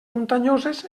muntanyoses